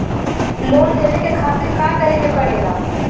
Loan लेवे के खातिर का करे के पड़ेला?